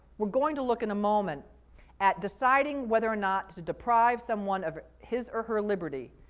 we're going to look in a moment at deciding whether or not to deprive someone of his or her liberty,